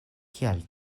kial